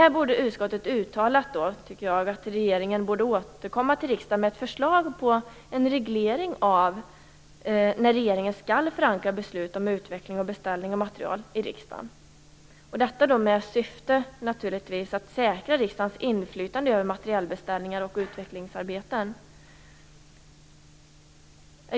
Här tycker jag att utskottet skulle ha uttalat att regeringen borde återkomma till riksdagen med ett förslag till en reglering av när regeringen skall förankra beslut om utveckling och beställning av materiel i riksdagen. Syftet skulle naturligtvis vara att säkra riksdagens inflytande över materielbeställningar och utvecklingsarbeten.